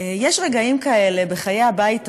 יש רגעים כאלה בחיי הבית הזה,